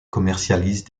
commercialise